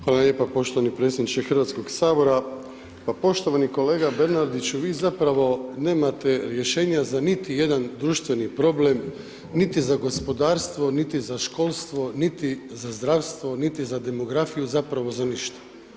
Hvala lijepa poštovani predsjedniče Hrvatskog sabora, pa poštovani kolega Bernardiću vi zapravo nemate rješenja za niti jedan društveni problem, niti za gospodarstvo, niti za školstvo, niti za zdravstvo, niti za demografiju, zapravo za ništa.